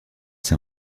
ses